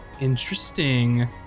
Interesting